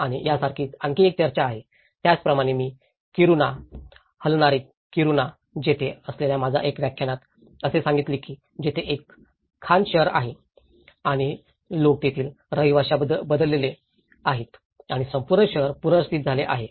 आणि यासारखीच आणखी एक चर्चा आहे त्याचप्रमाणे मी किरुना हलणारे किरुणा येथे असलेल्या माझ्या एका व्याख्यानात असे सांगितले की जिथे एक खाण शहर आहे आणि लोक तेथील रहिवाश्यात बदलले आहेत आणि संपूर्ण शहर पुनर्स्थित झाले आहे